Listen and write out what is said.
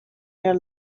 your